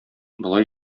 болай